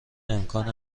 امکان